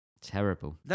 Terrible